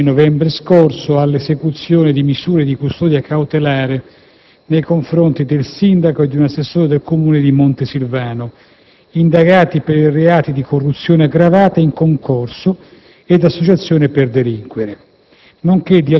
il 15 novembre scorso, all'esecuzione di misure di custodia cautelare nei confronti del sindaco e di un assessore del Comune di Montesilvano, indagati per i reati di corruzione aggravata in concorso ed associazione per delinquere,